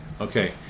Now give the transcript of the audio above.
Okay